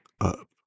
up